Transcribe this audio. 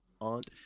Aunt